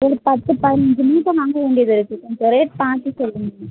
ஒரு பத்து பதினஞ்சு மூட்டை வாங்க வேண்டியது இருக்குது கொஞ்சம் ரேட் பார்த்து சொல்லுங்க